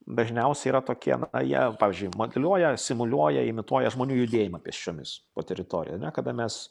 dažniausiai yra tokie na jie pavyzdžiui modeliuoja simuliuoja imituoja žmonių judėjimą pėsčiomis po teritoriją ane kada mes